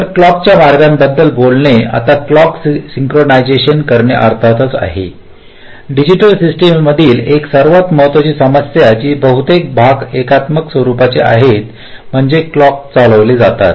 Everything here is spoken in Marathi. तर क्लॉकच्या मार्गाबद्दल बोलणे आता क्लॉक सिनचरोनीझशन करणे अर्थातच आहे डिजिटल सिस्टम मधील एक सर्वात महत्त्वाची समस्या जी किंवा बहुतेक भाग एकात्मिक स्वरुपाचे आहेत म्हणजे ते क्लॉकने चालवले जातात